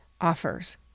offers